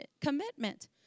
commitment